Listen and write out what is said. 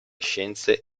scienze